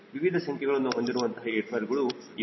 ವಿವಿಧ ಸಂಖ್ಯೆಗಳನ್ನು ಹೊಂದಿರುವಂತಹ ಏರ್ ಫಾಯ್ಲ್ಗಳು ಇವೆ